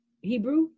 Hebrew